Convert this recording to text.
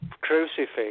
crucifix